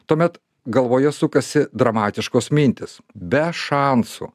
tuomet galvoje sukasi dramatiškos mintys be šansų